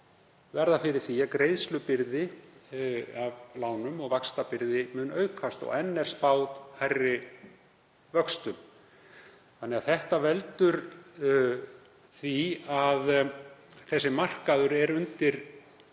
verða fyrir því að greiðslubyrði af lánum og vaxtabyrði mun aukast og enn er spáð hærri vöxtum. Það veldur því að þessi markaður er undir